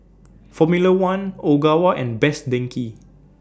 Formula one Ogawa and Best Denki